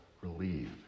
relieved